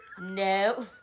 No